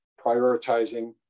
prioritizing